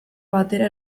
batera